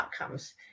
outcomes